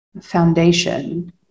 foundation